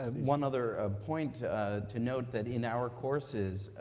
um one other point to note, that in our courses,